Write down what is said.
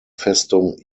festung